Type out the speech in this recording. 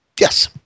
Yes